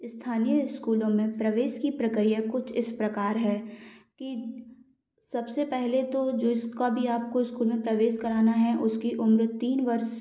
स्थानीय स्कूलों में प्रवेश की प्रक्रिया कुछ इस प्रकार है कि सबसे पहले तो जो इसका भी आपको स्कूल में प्रवेस कराना है उसकी उम्र तीन वर्ष